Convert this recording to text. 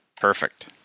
Perfect